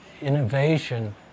innovation